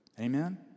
Amen